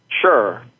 Sure